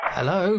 Hello